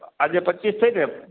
આજે પચીસ થઈને